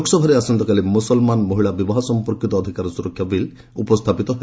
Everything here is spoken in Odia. ଲୋକସଭାରେ ଆସନ୍ତାକାଲି ମୁସଲମାନ ମହିଳା ବିବାହ ସମ୍ପର୍କୀତ ଅଧିକାର ସୁରକ୍ଷା ବିଲ୍ ଉପସ୍ଥାପିତ ହେବ